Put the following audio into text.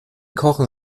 kochen